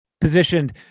Positioned